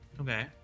Okay